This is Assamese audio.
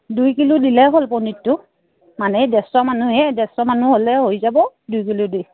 দুই কিলো দিলে হ'ল পনীৰটো মানে ডেৰছ মানুহে ডেৰছ মানুহ হ'লে হৈ যাব দুই কিলো দি